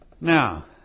Now